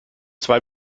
zwei